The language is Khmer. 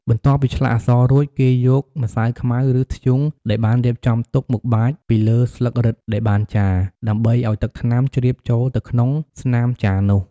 បន្ទាប់ពីឆ្លាក់អក្សររួច គេយកម្សៅខ្មៅ ឬធ្យូងដែលបានរៀបចំទុកមកបាចពីលើស្លឹករឹតដែលបានចារ ដើម្បីឱ្យទឹកថ្នាំជ្រាបចូលទៅក្នុងស្នាមចារនោះ។